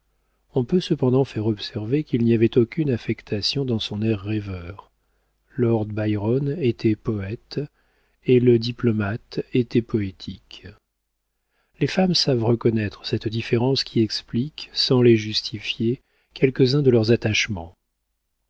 on peut cependant faire observer qu'il n'y avait aucune affectation dans son air rêveur lord byron était poëte et le diplomate était poétique les femmes savent reconnaître cette différence qui explique sans les justifier quelques-uns de leurs attachements